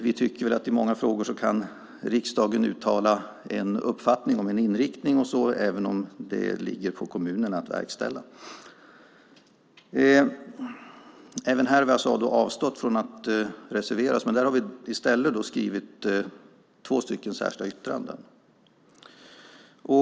Vi tycker att i många frågor kan riksdagen uttala en uppfattning om en inriktning även om det ligger på kommunerna att verkställa. Även här har vi avstått från att reservera oss. Där har vi i stället skrivit två särskilda yttranden.